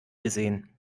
gesehen